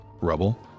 rubble